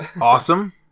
Awesome